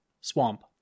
Swamp